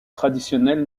traditionnel